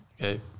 Okay